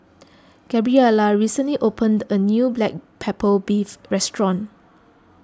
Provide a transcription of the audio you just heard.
Gabriela recently opened a new Black Pepper Beef restaurant